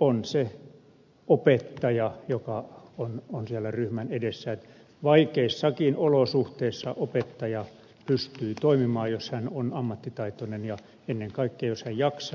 on se opettaja joka on siellä ryhmän edessä että vaikeissakin olosuhteissa opettaja pystyy toimimaan jos hän on ammattitaitoinen ja ennen kaikkea jos hän jaksaa